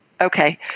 Okay